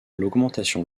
l’augmentation